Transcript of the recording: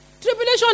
Tribulation